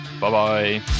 Bye-bye